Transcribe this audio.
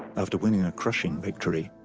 after winning a crushing victory,